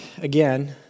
again